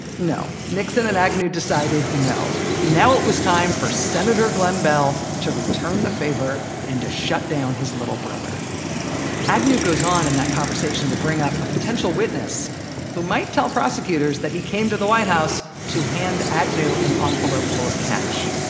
no. nixon and agnew decided no, now it was time for senator glenn beall to return the favor and to shut down his little brother agnew goes on in that conversation to bring up a potential witness who might tell prosecutors that he came to the white house to hand agnew an envelope full of cash